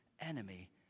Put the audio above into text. enemy